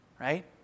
Right